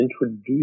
introduce